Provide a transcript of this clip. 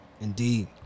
Indeed